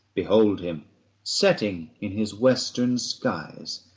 behold him setting in his western skies,